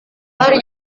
hari